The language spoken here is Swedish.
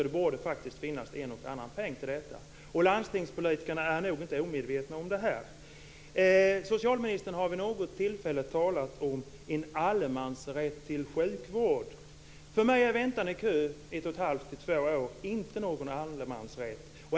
Det borde därför finnas en och en annan peng till detta. Landstingspolitikerna är nog inte heller omedvetna om detta. Socialministern har vid något tillfälle talat om en allemansrätt till sjukvård. För mig är väntan i kö i ett och ett halvt till två år inte någon allemansrätt.